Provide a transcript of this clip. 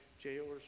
jailers